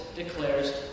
Declares